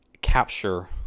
capture